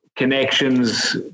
connections